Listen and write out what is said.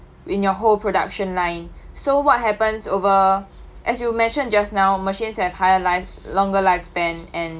in your whole production line so what happens over as you mentioned just now machines have higher life longer lifespan and